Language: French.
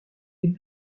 les